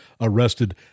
arrested